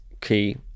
key